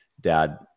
dad